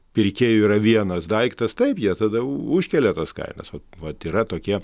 pirkėjų yra vienas daiktas taip jie tada užkelia kainas vat vat yra tokie